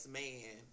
man